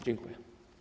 Dziękuję.